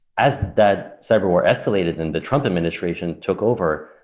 as that cyberwar escalated, then the trump administration took over,